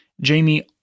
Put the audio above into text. Jamie